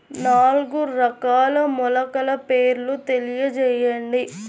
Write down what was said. నాలుగు రకాల మొలకల పేర్లు తెలియజేయండి?